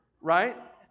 right